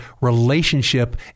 relationship